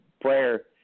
prayer